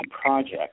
Project